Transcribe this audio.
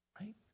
Right